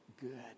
good